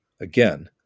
again